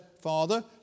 Father